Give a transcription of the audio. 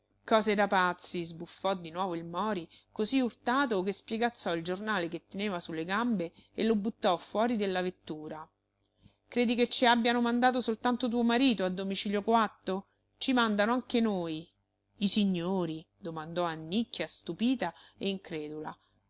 cose da pazzi sbuffò di nuovo il mori così urtato che spiegazzò il giornale che teneva su le gambe e lo buttò fuori della vettura credi che ci abbiano mandato soltanto tuo marito a domicilio coatto ci mandano anche noi i signori domandò annicchia stupita e incredula